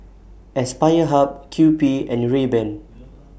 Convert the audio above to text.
Aspire Hub Kewpie and Rayban